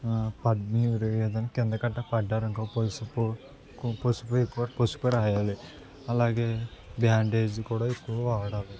పడ్డారు ఏదైన్న కిందకు అట్లా పడ్డారు అనుకో పుసుపు పుసుపు ఎక్కువ పసుపు రాయాలి అలాగే బ్యాండేజ్ కూడా ఎక్కువ వాడాలి